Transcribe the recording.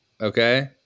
okay